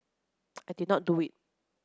I did not do it